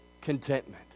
contentment